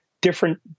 different